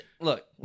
look